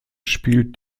spielt